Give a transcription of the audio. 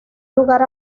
lugar